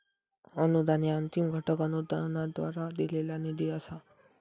अनुदान ह्या अंतिम घटक अनुदानाद्वारा दिलेला निधी असा